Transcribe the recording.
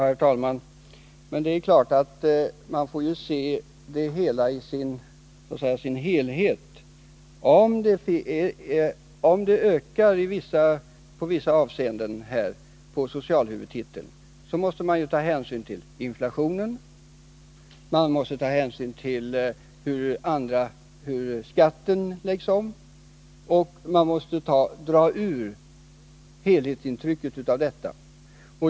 Herr talman! Det är klart att man måste se allt i sin helhet. Om det i vissa avseenden blivit ökningar på socialhuvudtiteln, så måste man vid bedömningen av dessa ta hänsyn till inflationen och till hur skatten har lagts om. Man måste få fram ett helhetsintryck av detta.